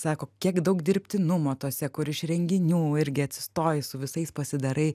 sako kiek daug dirbtinumo tose kur iš renginių irgi atsistoji su visais pasidarai